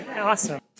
Awesome